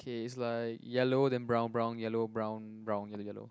okay it's like yellow then brown brown yellow brown brown yellow yellow